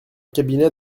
cabinet